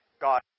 God